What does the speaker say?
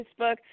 Facebook